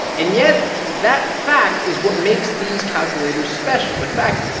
and yet that fact is what makes these calculators special. in fact,